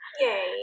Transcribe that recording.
Yay